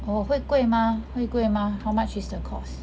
oh 会贵吗会贵吗 how much is the course